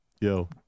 Yo